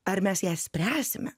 ar mes ją spręsime